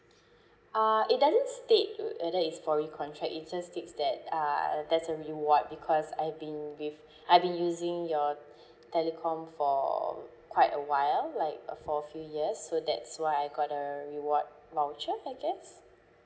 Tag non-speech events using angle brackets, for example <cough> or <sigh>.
ah it doesn't state w~ whether it's for recontract it just states that ah ah there's a reward because I've been with I've been using your <breath> telecom for quite a while like uh for few years so that's why I got a reward voucher I guess